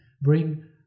bring